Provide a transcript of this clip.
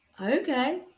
okay